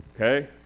okay